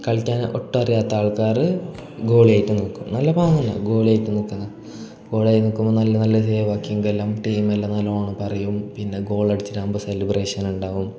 കളിയ്ക്കാൻ ഒട്ടും അറിയാത്ത ആൾക്കാർ ഗോളി ആയിട്ടു നിൽക്കും നല്ല പാങ്ങാണ് ഗോളി ആയിട്ട് നിൽക്കുന്നത് ഗോളി ആയി നിൽക്കുമ്പോൾ നല്ല നല്ല സീ വക്കിങ്ങെല്ലാം ടീമെല്ലാം നല്ലവണ്ണം പറയും പിന്നെ ഗോളടിച്ചിട്ടാകുമ്പം സെലെബ്രേഷൻ ഉണ്ടാകും